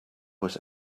was